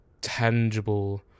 tangible